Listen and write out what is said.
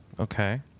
Okay